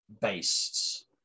based